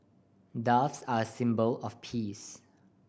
doves are a symbol of peace